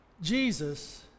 Jesus